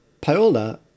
Paola